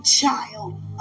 child